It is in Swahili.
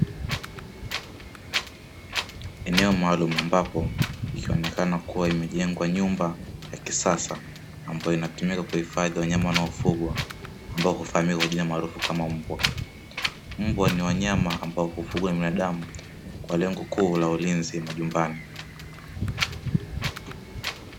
Eneo maalumu ambapo likionekana kuwa imejengwa nyumba ya kisasa ambayo inatumika kuhifadhi wanyama wanaofugwa ambao hufaamika kwa jina maarufu kama mbwa. Mbwa ni wanyama ambao kufugwa na binadamu kwa lengo kuu la ulinzi majumbani.